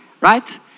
Right